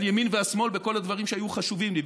על ימין ועל שמאל בכל הדברים שהיו חשובים לי.